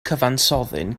cyfansoddyn